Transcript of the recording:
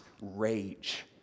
rage